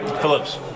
Phillips